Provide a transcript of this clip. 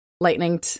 lightning